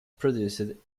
produced